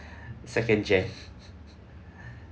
second jan